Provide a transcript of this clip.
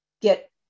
Get